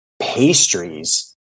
pastries